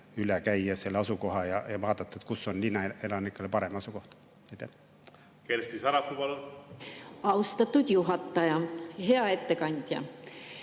üle käia selle asukoha ja vaadata, kus on linnaelanikele parem asukoht. Kersti Sarapuu, palun! Austatud juhataja! Hea ettekandja!